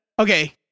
Okay